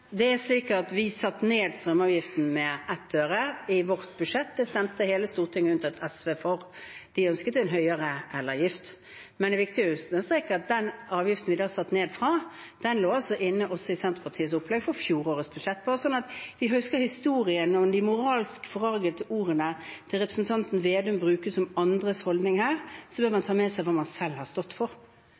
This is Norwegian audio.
Det er slik at vi satte ned strømavgiften med 1 øre i vårt budsjett. Det stemte hele Stortinget unntatt SV for. De ønsket en høyere elavgift. Men det er viktig å understreke at den avgiften vi da satte ned fra, lå inne også i Senterpartiets opplegg for fjorårets budsjett – bare så vi husker historien, med de moralsk forargede ordene som representanten Vedum bruker om andres holdning her. Da bør man ta med seg hva man selv har stått for.